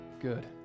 Good